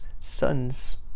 sons